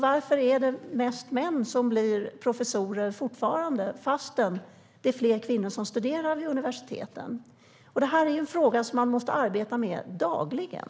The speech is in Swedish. Varför är det fortfarande mest män som blir professorer fastän det är fler kvinnor som studerar vid universiteten? Det är en fråga som man måste arbeta med dagligen.